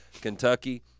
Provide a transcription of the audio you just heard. kentucky